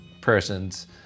persons